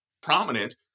prominent